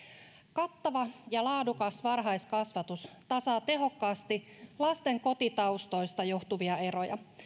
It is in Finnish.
kattava ja laadukas varhaiskasvatus tasaa tehokkaasti lasten kotitaustoista johtuvia eroja